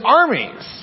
armies